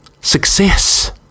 Success